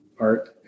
art